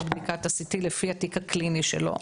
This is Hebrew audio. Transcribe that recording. את בדיקת ה-CT לפי התיק הקליני שלו,